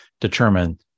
determine